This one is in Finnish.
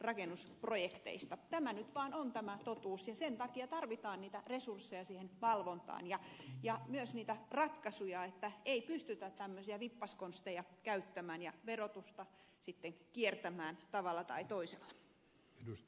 tämä nyt vaan on tämä totuus ja sen takia tarvitaan resursseja siihen valvontaan ja myös niitä ratkaisuja että ei pystytä tämmöisiä vippaskonsteja käyttämään ja verotusta kiertämään tavalla tai toisella